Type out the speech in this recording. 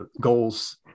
goals